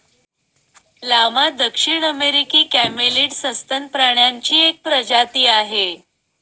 llama दक्षिण अमेरिकी camelid सस्तन प्राण्यांची एक प्रजाती आहे